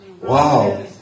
Wow